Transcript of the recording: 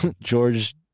George